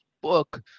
book